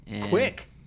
Quick